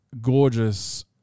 gorgeous